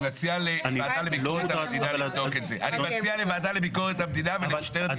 אני מציע לוועדה לביקורת המדינה לבדוק את זה ולמשטרת ישראל לבדוק.